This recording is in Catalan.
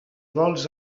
vols